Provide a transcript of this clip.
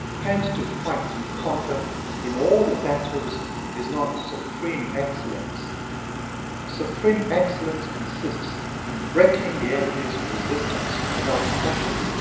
hence to fight and conquer in all your battles is not supreme excellence supreme excellence consists in breaking the enemy's resistance without fighting.